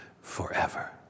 forever